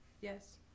Yes